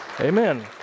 Amen